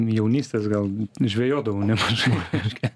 jaunystės galbū žvejodavau nemažai reiškia